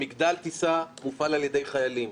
מגדל הטיסה מופעל על ידי חיילים,